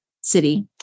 City